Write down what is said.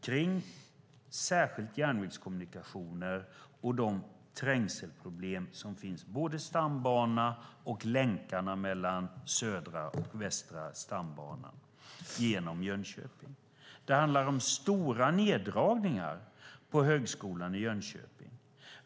Det gäller då särskilt järnvägskommunikationerna och de trängselproblem som finns avseende både stambanan och länkarna mellan Södra stambanan och Västra stambanan genom Jönköping. Det handlar om stora neddragningar på Högskolan i Jönköping.